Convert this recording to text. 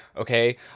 okay